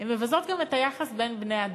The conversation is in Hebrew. הן מבזות גם את היחס בין בני-אדם,